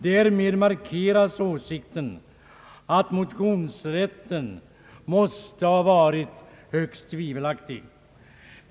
Därmed markeras åsikten att motionsrätten måste ha varit högst tvivelaktig.